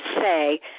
say